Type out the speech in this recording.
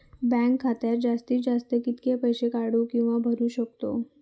Bank खात्यात जास्तीत जास्त कितके पैसे काढू किव्हा भरू शकतो?